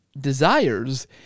desires